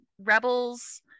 rebels